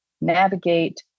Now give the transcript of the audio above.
navigate